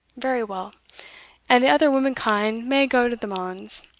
very well and the other womankind may go to the manse